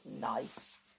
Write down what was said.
nice